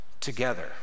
together